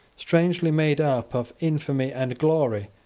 strangely made up of infamy and glory,